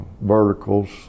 verticals